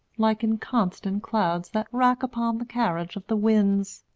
like inconstant clouds that rack upon the carriage of the winds,